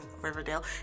Riverdale